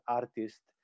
artist